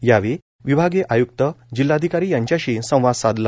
यावेळी विभागीय आय्क्त जिल्हाधिकारी यांच्याशी संवाद साधला